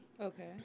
Okay